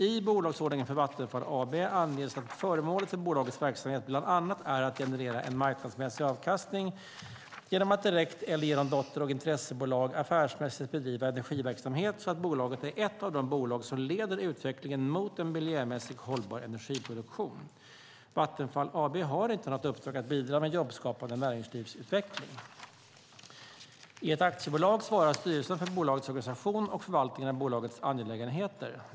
I bolagsordningen för Vattenfall AB anges att föremålet för bolagets verksamhet bland annat är att generera en marknadsmässig avkastning genom att direkt eller genom dotter och intressebolag affärsmässigt bedriva energiverksamhet så att bolaget är ett av de bolag som leder utvecklingen mot en miljömässigt hållbar energiproduktion. Vattenfall AB har inte något uppdrag att bidra med jobbskapande näringslivsutveckling. I ett aktiebolag svarar styrelsen för bolagets organisation och förvaltningen av bolagets angelägenheter.